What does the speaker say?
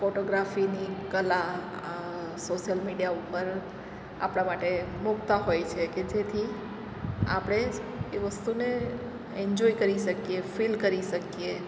ફોટોગ્રાફીની કલા social media ઉપર આપણા માટે મૂકતા હોય છે કે જેથી આપણે એ વસ્તુને એન્જોય કરી શકીએ ફિલ કરી શકીએ